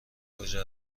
کجا